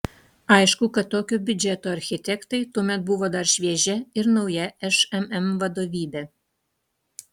aišku kad tokio biudžeto architektai tuomet buvo dar šviežia ir nauja šmm vadovybė